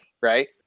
right